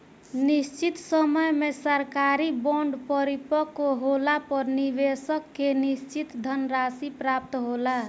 निशचित समय में सरकारी बॉन्ड परिपक्व होला पर निबेसक के निसचित धनराशि प्राप्त होला